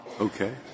Okay